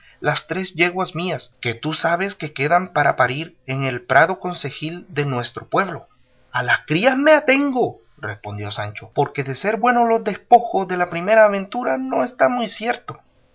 las tres yeguas mías que tú sabes que quedan para parir en el prado concejil de nuestro pueblo a las crías me atengo respondió sancho porque de ser buenos los despojos de la primera aventura no está muy cierto ya